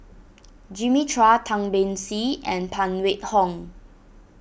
Jimmy Chua Tan Beng Swee and Phan Wait Hong